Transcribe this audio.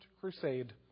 Crusade